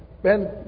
Ben